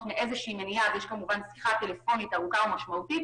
מאיזו שהיא מניעה ויש שיחה טלפונית ארוכה ומשמעותית,